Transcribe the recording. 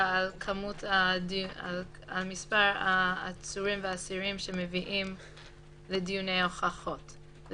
על מספר העצורים והאסירים שמביאים לדיוני ההוכחות.